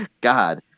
God